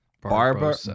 Barbara